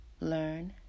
learn